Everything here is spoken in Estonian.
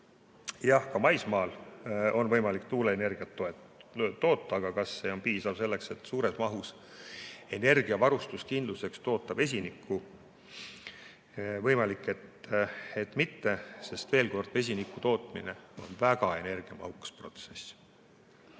Jah, ka maismaal on võimalik tuuleenergiat toota, aga kas see on piisav selleks, et energiavarustuskindluseks suures mahus vesinikku toota? Võimalik, et mitte, sest veel kord: vesiniku tootmine on väga energiamahukas protsess.